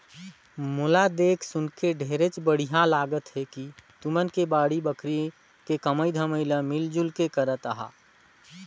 मोला देख सुनके ढेरेच बड़िहा लागत हे कि तुमन के बाड़ी बखरी के कमई धमई ल मिल जुल के करत अहा